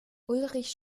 ulrich